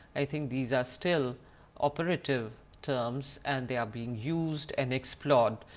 i think these are still operative terms and they are being used and explored,